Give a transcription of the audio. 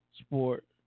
Sport